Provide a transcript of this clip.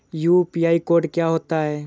UPI code क्या होता है?